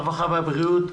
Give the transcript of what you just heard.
הרווחה והבריאות.